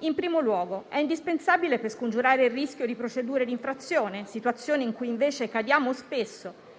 In primo luogo, è indispensabile per scongiurare il rischio di procedure di infrazione, situazione in cui invece cadiamo spesso